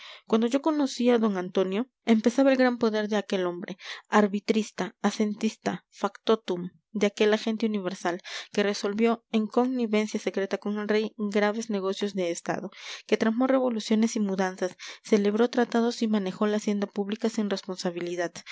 cuando yo conocí a d antonio empezaba el gran poder de aquel hombre arbitrista asentista factotum de aquel agente universal que resolvió en connivencia secreta con el rey graves negocios de estado que tramó revoluciones y mudanzas celebró tratados y manejó la hacienda pública sin responsabilidad